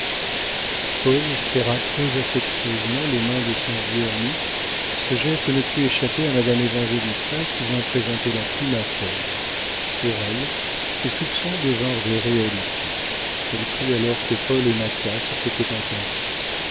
paul serra très affectueusement les mains de son vieux ami ce geste ne put échapper à madame évangélista qui vint présenter la plume à paul pour elle ses soupçons devinrent des réalités elle crut alors que paul et mathias s'étaient